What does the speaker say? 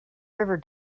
river